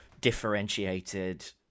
differentiated